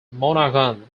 monaghan